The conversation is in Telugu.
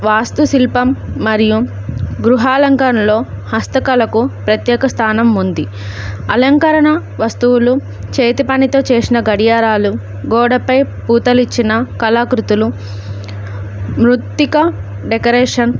వాస్తు శిల్పం మరియు గృహాలంకణలో హస్తకాళకు ప్రత్యేక స్థానం ఉంది అలంకరణ వస్తువులు చేతి పనితో చేసిన గడియారాలు గోడపై పూతలిచ్చిన కళాకృతులు మృత్తిక డెకరేషన్